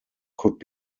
could